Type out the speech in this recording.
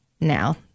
now